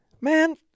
man